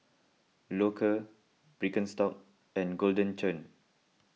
Loacker Birkenstock and Golden Churn